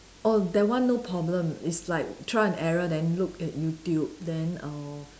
oh that one no problem it's like trial and error then look at YouTube then err